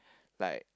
like